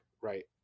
right